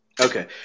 Okay